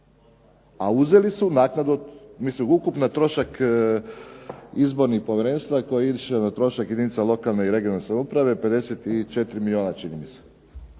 a uzeli su naknadu od, mislim ukupno trošak izbornih povjerenstava koje je išlo na trošak jedinica lokalne i regionalne samouprave 54 milijuna čini mi se.